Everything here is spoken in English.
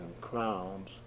Crowns